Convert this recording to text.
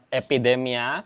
epidemia